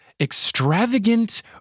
extravagant